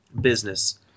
Business